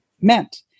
meant